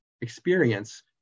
experience